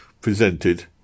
presented